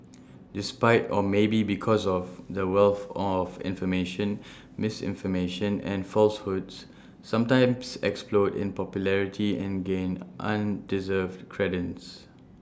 despite or maybe because of the wealth of information misinformation and falsehoods sometimes explode in popularity and gain undeserved credence